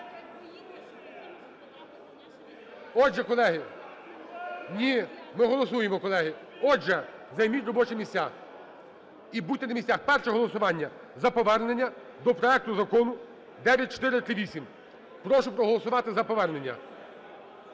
Отже, колеги… Ні, ми голосуємо, колеги. Отже, займіть робочі місця і будьте на місцях. Перше голосування: за повернення до проекту закону 9438. Прошу проголосувати за повернення.